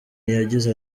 yagize